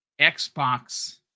Xbox